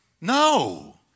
No